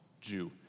Jew